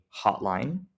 hotline